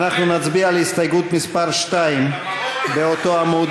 אנחנו נצביע על הסתייגות מס' 2 באותו עמוד,